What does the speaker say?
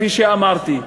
כפי שאמרתי,